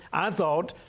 i thought,